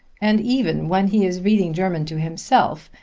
and even when he is reading german to himself,